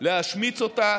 להשמיץ אותה,